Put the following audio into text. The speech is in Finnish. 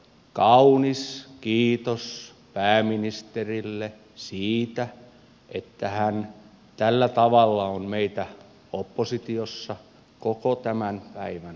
kaunis kiitos pääministerille siitä että hän tällä tavalla on meitä oppositiossa koko tämän päivän opettanut